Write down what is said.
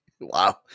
Wow